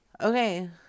Okay